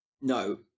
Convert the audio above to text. No